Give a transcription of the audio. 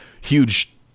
huge